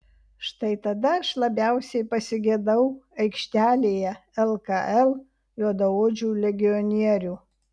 štai tada aš labiausiai pasigedau aikštelėje lkl juodaodžių legionierių